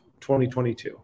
2022